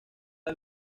del